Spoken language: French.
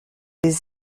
des